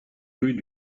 rue